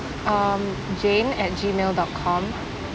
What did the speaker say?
um jane at gmail dot com